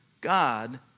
God